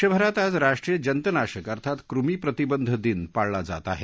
देशभरात आज राष्ट्रीय जंतनाशक अर्थात कृमी प्रतिबंध दिन पाळला जात आहे